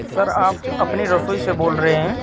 سر آپ اپنی رسوئی سے بول رہے ہیں